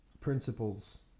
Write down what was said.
principles